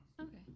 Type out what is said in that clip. okay